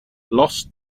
lost